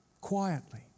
quietly